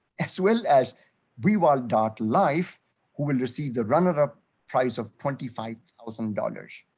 as well as we will dot life who will receive the runner up prize of twenty five thousand dollars